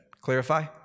clarify